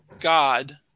god